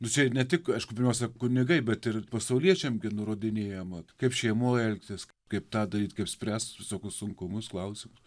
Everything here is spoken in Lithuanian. čia ne tik aišku pirmiausia kunigai bet ir pasauliečiam gi nurodinėjama kaip šeimoj elgtis kaip tą daryt kaip spręst visokius sunkumus klausimus